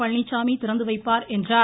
பழனிச்சாமி திறந்துவைப்பார் என்றார்